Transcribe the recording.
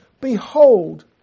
Behold